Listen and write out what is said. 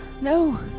no